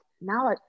now